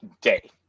day